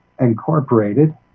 Incorporated